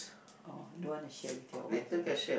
oh don't want to share with your wife ah